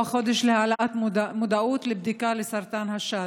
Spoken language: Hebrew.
הוא החודש להעלאת המודעות לבדיקה לסרטן השד,